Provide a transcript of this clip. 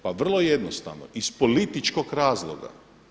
Pa vrlo jednostavno iz političkog razloga.